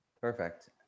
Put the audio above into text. Perfect